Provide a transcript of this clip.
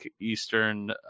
Eastern